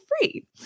free